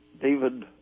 David